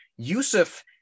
Yusuf